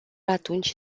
atunci